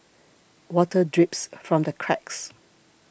water drips from the cracks